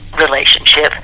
relationship